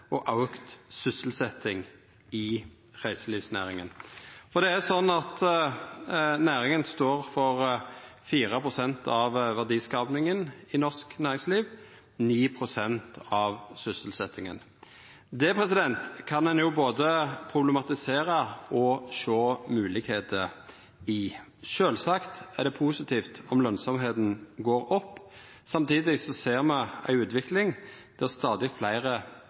og auka sysselsetjing i reiselivsnæringa. Næringa står for 4 pst. av verdiskapinga i norsk næringsliv og 9 pst. av sysselsetjinga. Det kan ein både problematisera og sjå moglegheiter i. Sjølvsagt er det positivt om lønsemda går opp. Samtidig ser me ei utvikling der stadig fleire